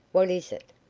what is it?